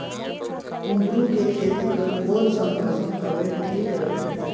कुंदूरु के खेती बर कौन सा मौसम हवे ठीक रथे?